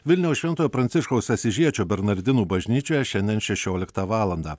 vilniaus šventojo pranciškaus asyžiečio bernardinų bažnyčioje šiandien šešioliktą valandą